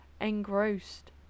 engrossed